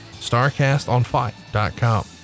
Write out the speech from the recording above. starcastonfight.com